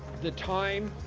the time,